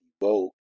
vote